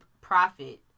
profit